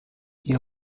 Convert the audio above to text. ihr